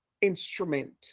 instrument